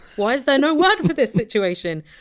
why is there no word for this situation?